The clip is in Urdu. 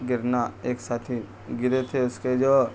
گرنا ایک ساتھی گرے تھے اس کے جو